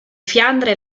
fiandre